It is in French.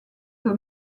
que